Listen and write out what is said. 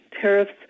tariffs